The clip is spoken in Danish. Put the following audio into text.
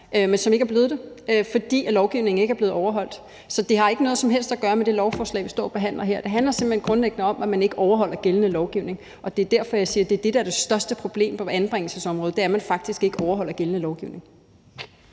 men som ikke er blevet det, fordi lovgivningen ikke er blevet overholdt. Så det har ikke noget som helst at gøre med det lovforslag, vi står og behandler her. Det handler simpelt hen grundlæggende om, at man ikke overholder gældende lovgivning, og det er derfor, jeg siger, at det, der er det største problem på anbringelsesområdet, er, at man faktisk ikke overholder gældende lovgivning.